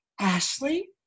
Ashley